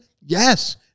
Yes